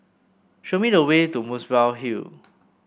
show me the way to Muswell Hill